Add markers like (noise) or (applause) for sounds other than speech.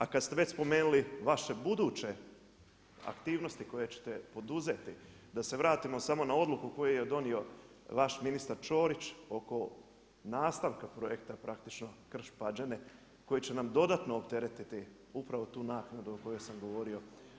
A kad ste već spomenuli vaše buduće aktivnosti koje ćete poduzeti, da se vratimo samo na odluku koju je donio vaš ministar Ćorić oko nastavka projekta, praktično … (unintelligible) koji će nam dodatno opteretiti upravo tu naknadu o kojoj sam govorio.